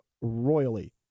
royally